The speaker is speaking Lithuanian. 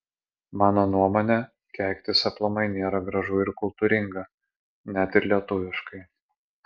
mano nuomone keiktis aplamai nėra gražu ir kultūringa net ir lietuviškai